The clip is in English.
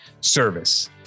service